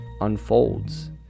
unfolds